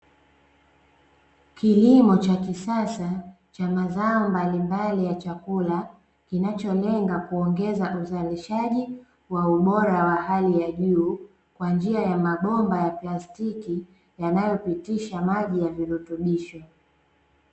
Kilimo cha kisasa cha mazao mbalimbali ya chakula kinacholenga kuongeza uzalishaji wa ubora wa hali ya juu kwa njia ya mabomba ya plastiki yanayo pitisha maji ya virutubisho.